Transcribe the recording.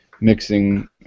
mixing